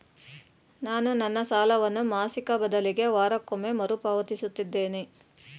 ನಾನು ನನ್ನ ಸಾಲವನ್ನು ಮಾಸಿಕ ಬದಲಿಗೆ ವಾರಕ್ಕೊಮ್ಮೆ ಮರುಪಾವತಿಸುತ್ತಿದ್ದೇನೆ